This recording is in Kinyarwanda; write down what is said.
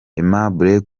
aimable